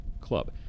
club